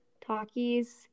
talkies